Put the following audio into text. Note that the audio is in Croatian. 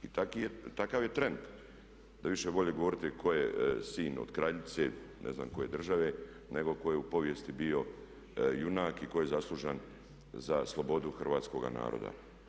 I takav je trend da više voli govoriti tko je sin od kraljice ne znam koje države, nego tko je u povijesti bio junak i tko je zaslužan za slobodu Hrvatskoga naroda.